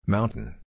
Mountain